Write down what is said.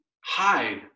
hide